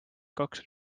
kaks